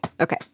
Okay